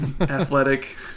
athletic